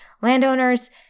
Landowners